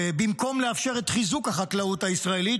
במקום לאפשר את חיזוק החקלאות הישראלית,